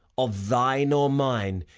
of thine or mine,